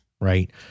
right